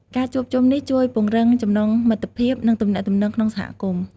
ការជួបជុំនេះជួយពង្រឹងចំណងមិត្តភាព និងទំនាក់ទំនងក្នុងសហគមន៍។